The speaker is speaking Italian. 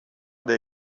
dei